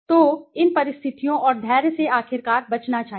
तो इन परिस्थितियों और धैर्य से आखिरकार बचना चाहिए